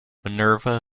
minerva